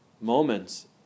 moments